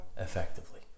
effectively